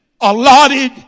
allotted